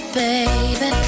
baby